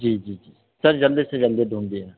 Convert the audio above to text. जी जी जी सर जल्दी से जल्दी ढूँढिएगा